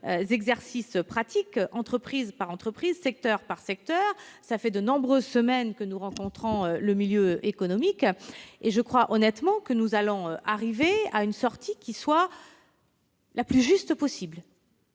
exercices pratiques, entreprise par entreprise, secteur par secteur. Voilà de nombreuses semaines que nous rencontrons le milieu économique, et je crois honnêtement que nous allons arriver à une issue la plus juste possible.